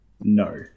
no